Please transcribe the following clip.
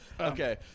Okay